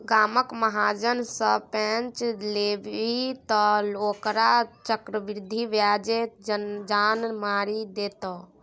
गामक महाजन सँ पैंच लेभी तँ ओकर चक्रवृद्धि ब्याजे जान मारि देतौ